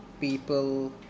people